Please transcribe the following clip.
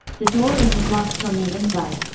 the door isn't locked from the inside?